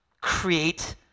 create